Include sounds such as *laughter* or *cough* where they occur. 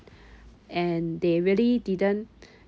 and they really didn't *breath*